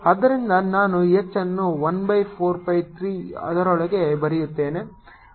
ಆದ್ದರಿಂದ ನಾನು H ಅನ್ನು 1 ಬೈ 4 pi 3 ಅದರೊಳಗೆ ಬರೆಯುತ್ತೇನೆ